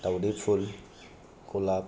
दावदै फुल गलाब